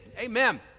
Amen